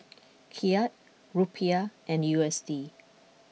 Kyat Rupiah and U S D